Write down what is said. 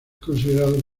considerado